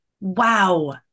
Wow